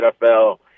NFL –